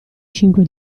cinque